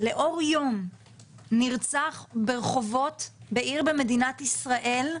לאור יום נרצח ברחובות עיר במדינת ישראל,